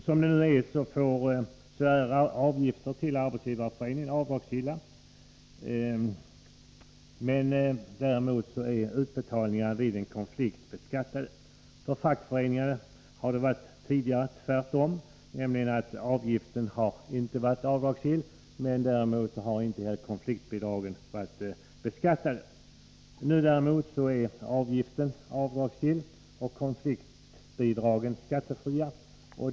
Som det nu är, är avgifter till Arbetsgivareföreningen avdragsgilla, men däremot är utbetalningarna vid en konflikt beskattade. För fackföreningarna har det tidigare varit tvärtom, nämligen så att avgiften inte har varit avdragsgill, men å andra sidan har inte heller konfliktbidragen varit beskattade. Nu däremot är avgiften avdragsgill och konfliktbidragen skattefria.